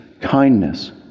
kindness